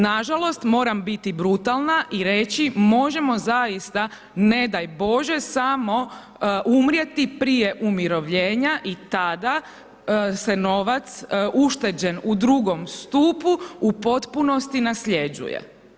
Nažalost, moram biti brutalna i reći možemo zaista, ne daj Bože, samo umrijeti prije umirovljenja i tada se novac ušteđen u II stupu u potpunosti nasljeđuje.